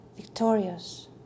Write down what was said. Victorious